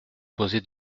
posé